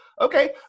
okay